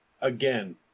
Again